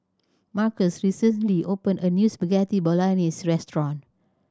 Markus recently opened a new Spaghetti Bolognese restaurant